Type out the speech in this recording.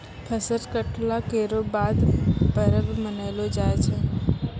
फसल कटला केरो बाद परब मनैलो जाय छै